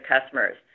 customers